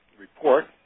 report